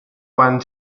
went